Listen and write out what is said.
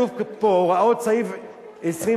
בסעיף 23 כתוב: הוראות סעיף 24